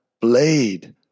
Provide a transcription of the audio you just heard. blade